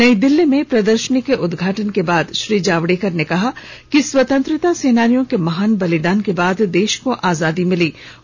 नई दिल्ली में प्रदर्शनी के उद्घाटन के बाद श्री जावडेकर ने कहा कि स्वतंत्रता सेनानियों के महान बलिदान के बाद देश को आजादी मिली थी